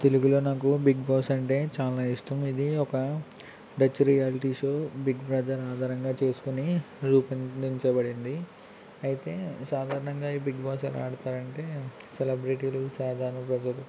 తెలుగులో నాకు బిగ్బాస్ అంటే చాలా ఇష్టం ఇది ఒక Dutch reality show Big Brother ఆధారంగా చేసుకుని రూపొందించబడింది అయితే సాధారణంగా ఈ బిగ్బాస్ ఎలా ఆడతారంటే సెలబ్రిటీలు సాధారణ ప్రజలు